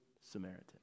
Samaritan